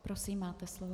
Prosím, máte slovo.